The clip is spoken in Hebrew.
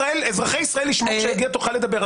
אזרחי ישראל ישמעו אותך כשיגיע תורך לדבר.